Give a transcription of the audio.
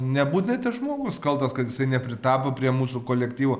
nebūtinai tas žmogus kaltas kad jisai nepritapo prie mūsų kolektyvo